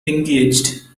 engaged